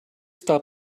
stop